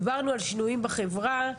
דיברנו על שינויים בחברה,